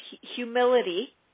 humility